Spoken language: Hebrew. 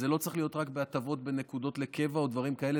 זה לא צריך להיות רק בהטבות בנקודות לקבע או דברים כאלה,